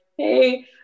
hey